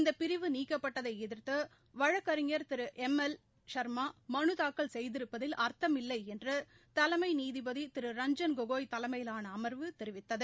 இந்த பிரிவு நீக்கப்பட்டதை எதிர்த்து வழக்கறிஞர் திரு எம் எல் ஷர்மா மனு தாக்கல் செய்திருப்பதில் அர்த்தம் இல்லை என்று தலைமை நீதிபதி திரு ரஞ்ஜன் கோகோய் தலைமையிலான அமர்வு தெரிவித்தது